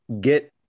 get